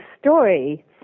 story